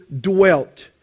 dwelt